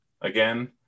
again